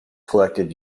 collected